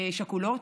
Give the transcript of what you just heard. שכולות,